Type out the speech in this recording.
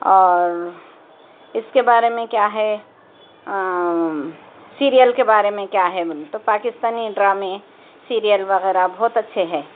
اور اس کے بارے میں کیا ہے سیریل کے بارے میں کیا ہے بولے تو پاکستانی ڈرامے سیریل وغیرہ بہت اچّھے ہے